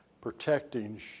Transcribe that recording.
protecting